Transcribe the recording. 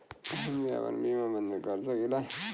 हमके आपन बीमा बन्द कर सकीला?